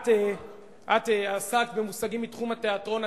את עסקת במושגים מתחום התיאטרון.